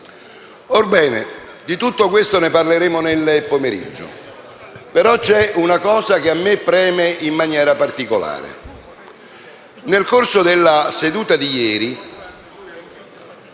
Orbene, di tutto questo ne parleremo nel pomeriggio, però c'è una cosa che a me preme in maniera particolare. Nel corso della seduta di ieri,